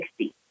60